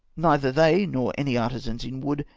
neither they, nor any artisans in wood,